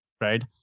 right